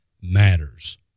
matters